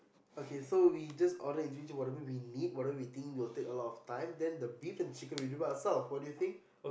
okay so we just order in general whatever we need whatever we think will take a lot of time then the beef and chicken we do by ourselves what do you think